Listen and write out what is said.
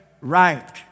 right